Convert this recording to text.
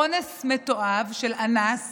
אונס מתועב של אנס